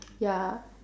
ya